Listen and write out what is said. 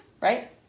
Right